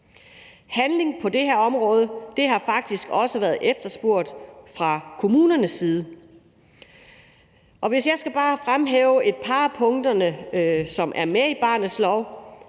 Handling på det her område har faktisk også været efterspurgt fra kommunernes side. Hvis jeg bare skal fremhæve et par af punkterne, som er med i barnets lov,